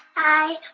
hi.